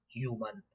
human